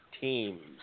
teams